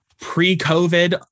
Pre-COVID